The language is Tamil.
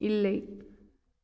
இல்லை